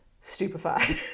stupefied